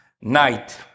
night